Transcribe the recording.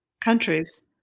countries